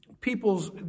people's